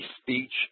speech